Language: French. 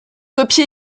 copie